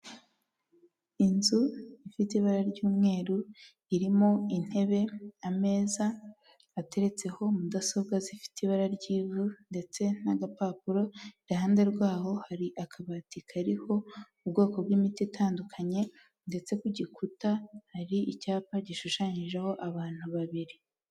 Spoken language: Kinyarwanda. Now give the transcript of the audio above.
Inzu ifite ibara ry'umweru irimo intebe, ameza ateretseho mudasobwa zifite ibara ry'ivu ndetse n'agapapuro, iruhande rwaho hari akabati kariho ubwoko bw'imiti itandukanye ndetse ku gikuta hari icyapa gishushanyijeho abantu babiri.